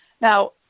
Now